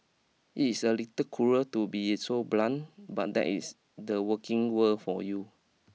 it is a little cruel to be so blunt but that is the working world for you